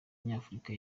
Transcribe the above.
nyafurika